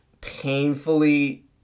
painfully